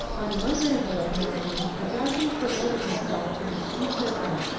on one ramble at nahant agassiz devoted himself to the sea-serpent,